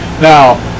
Now